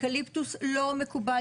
אקליפטוס - לא מקובל.